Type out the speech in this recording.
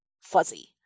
fuzzy